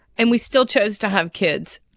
and we still chose to have kids.